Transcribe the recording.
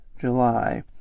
July